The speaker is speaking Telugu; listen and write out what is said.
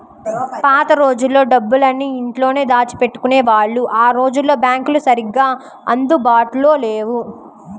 పాత రోజుల్లో డబ్బులన్నీ ఇంట్లోనే దాచిపెట్టుకునేవాళ్ళు ఆ రోజుల్లో బ్యాంకులు సరిగ్గా అందుబాటులో లేవు